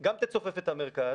גם תצופף את המרכז